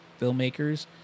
filmmakers